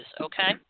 okay